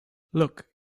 look